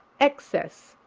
excess,